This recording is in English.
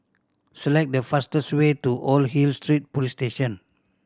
select the fastest way to Old Hill Street Police Station